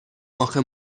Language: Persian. آخه